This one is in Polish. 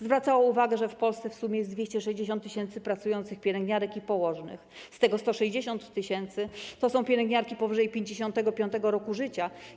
Zwracała uwagę, że w Polsce w sumie jest 260 tys. pracujących pielęgniarek i położnych, z tego 160 tys. to są pielęgniarki powyżej 55. roku życia.